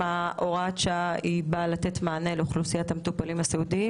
הוראת השעה באה לתת מענה לאוכלוסיית המטופלים הסיעודיים